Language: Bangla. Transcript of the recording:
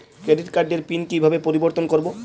ক্রেডিট কার্ডের পিন কিভাবে পরিবর্তন করবো?